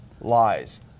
Lies